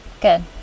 Good